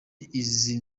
izo